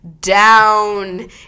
down